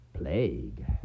Plague